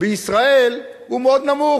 בישראל הוא מאוד נמוך,